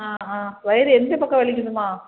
ஆ ஆ வயிறு எந்த பக்கம் வலிக்குதும்மா